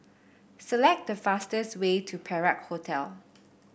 select the fastest way to Perak Hotel